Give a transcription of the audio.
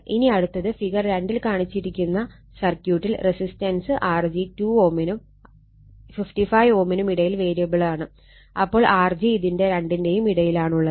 ഇനി അടുത്തത് ഫിഗർ 2 ൽ കാണിച്ചിട്ടുള്ള സർക്യൂട്ടിൽ റെസിസ്റ്റൻസ് Rg 2 Ω നും 55 Ω നും ഇടയിൽ വേരിയബിളാണ് അപ്പോൾ Rg ഇതിന്റെ രണ്ടിന്റെയും ഇടയിലാണുള്ളത്